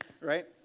right